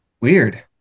Weird